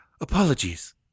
Apologies